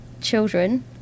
children